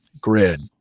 grid